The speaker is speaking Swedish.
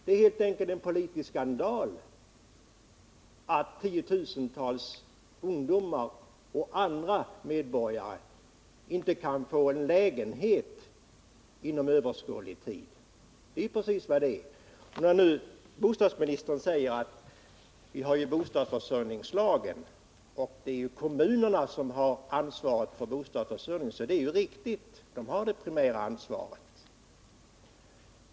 Nr 48 Det är en politisk skandal att tiotusentals ungdomar och aadra medborgare inte kan få lägenhet inom överskådlig tid. När nu bostadsministern säger att vi har bostadsförsörjningslagen och att det är kommunerna som har ansvaret för bostadsförsörjningen så är det riktigt — de har det primära ansvaret.